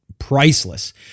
priceless